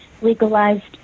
legalized